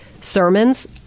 sermons